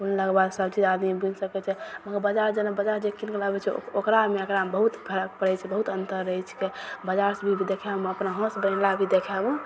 बुनलाक बाद सभचीज आदमी बुनि सकय छै मगर बजार जेना बजार जे कीन कऽ लाबय छियै ओकरामे एकरामे बहुत फरक पड़य छै बहुत अन्तर रहय छिकै बजारसँ भी देखयमे अपना हाथसँ बनेलाक भी देखयमे